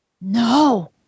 No